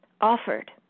offered